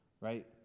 right